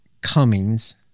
Cummings